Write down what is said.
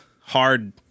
hard